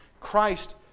Christ